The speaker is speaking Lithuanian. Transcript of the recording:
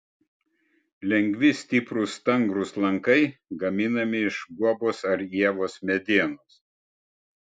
lengvi stiprūs stangrūs lankai gaminami iš guobos arba ievos medienos